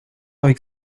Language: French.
avec